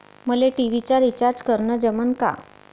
मले टी.व्ही चा रिचार्ज करन जमन का?